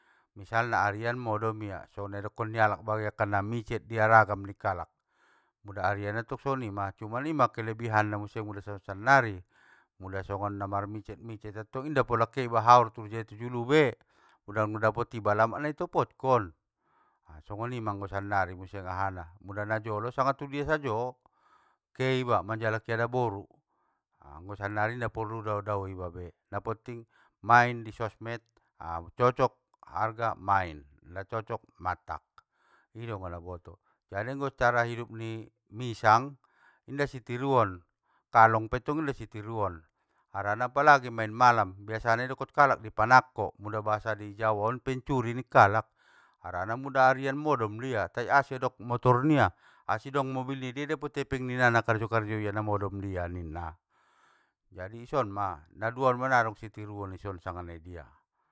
Misalna arian modom ia, songon nai dokon nialak bagenkan micet diaragam ni kalak, mula arian attong songgonima, cuma ima kelebihanna muse muda songon sannari, mula songon namarmicet micet antong inda pola iba ke haor tujae tujulu be! Muda mudapot iba alamat nai i topotkon, ha songonima anggo sannari muse ahana, muda najolo sanga tudia sajo keiba manjalaki adaboru, a anggo sannari inda porlu dao dao iba be naponting, main i sosmed, a cocok arga, main, inda cocok, mattak! I doma nau boto. Jadi anggo cara hidup ni misang, inda si tiruon, kalong pettong inda sitiruon, harana palagi main malam biasana idokkon kalak dei panakko, mula bahasa di jawaon pencuri ning kalak, harana muda arian modom doia, tai asi dong motornia? Asi dong mobilnia? Idia dapot ia epeng nia nanga nakarejo karejo ia namodom do ia ninna, jadi isonma. naduaon mana dong sitiruon ison sanga nadia.